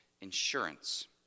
insurance